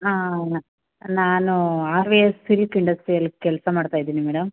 ಹಾಂ ನಾನು R V S silk industrial ಕೆಲಸ ಮಾಡ್ತಾ ಇದ್ದೀನಿ ಮೇಡಮ್